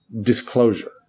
disclosure